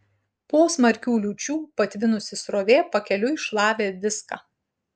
po smarkių liūčių patvinusi srovė pakeliui šlavė viską